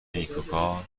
نیکوکار